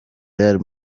real